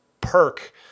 perk